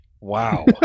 wow